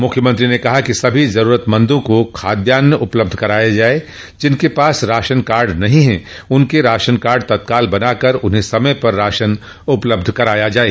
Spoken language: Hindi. मुख्यमंत्री ने कहा कि सभी जरूरतमंदों को खाद्यान उपलब्ध कराया जाये जिनके पास राशनकार्ड नहीं है उनके राशनकार्ड तत्काल बनाकर उन्ह समय पर राशन उपलब्ध कराया जाये